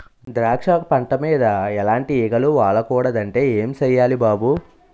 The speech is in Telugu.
ద్రాక్ష పంట మీద ఎలాటి ఈగలు వాలకూడదంటే ఏం సెయ్యాలి బాబూ?